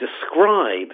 describe